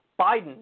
Biden